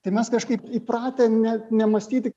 tai mes kažkaip įpratę net nemąstyti